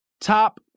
top